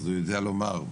הוא יודע לומר.